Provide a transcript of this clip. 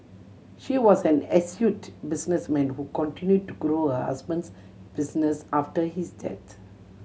she was an astute businessman who continue to grow her husband's business after his death